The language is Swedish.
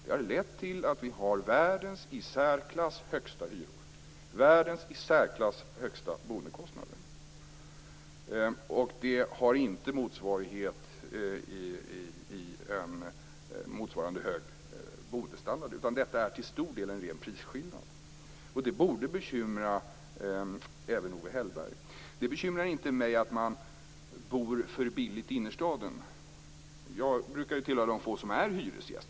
Det har lett till att vi har världens i särklass högsta hyror och boendekostnader som inte har någon motsvarighet i hög boendestandard, utan detta är till stor del en ren prisskillnad. Det borde bekymra även Owe Hellberg. Det bekymrar inte mig att man bor för billigt i innerstaden. Jag brukar höra till de få som är hyresgäster.